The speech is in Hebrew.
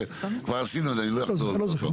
כן, כבר עשינו את זה, אני לא אחזור על זה עוד פעם.